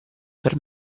per